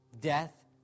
death